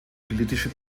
politische